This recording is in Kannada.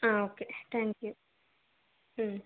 ಹಾಂ ಓಕೆ ತ್ಯಾಂಕ್ ಯು ಹ್ಞೂ